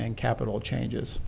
and capital changes